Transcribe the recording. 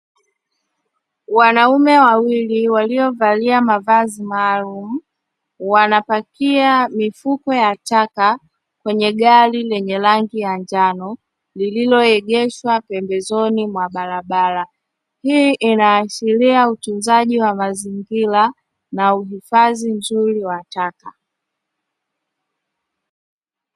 Wanaume wawili waliovalia mavazi maalumu wanapakia mifuko ya taka kwenye gari lenye rangi ya njano lililo egeshwa pembezoni mwa barabara, hii ina ashiria utunzaji wa mazingira na uhifadhi mzuri wa taka.